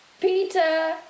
Peter